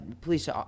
police